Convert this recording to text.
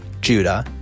Judah